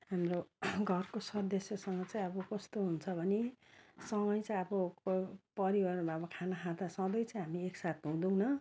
हाम्रो घरको सदस्यसँग चाहिँ अब कस्तो हुन्छ भने सँगै अब परिवारमा अब खाना खाँदा सधैँ चाहिँ हामी एक साथ हुँदैनौँ